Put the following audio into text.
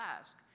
ask